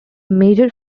major